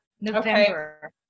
november